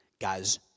Guys